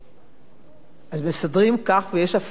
אז מסדרים כך, ויש אפליה בשטחי מדף,